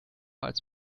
als